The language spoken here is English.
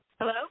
Hello